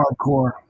hardcore